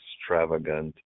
extravagant